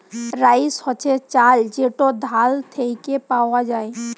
rice হছে চাল যেট ধাল থ্যাইকে পাউয়া যায়